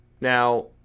Now